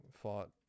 fought